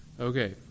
Okay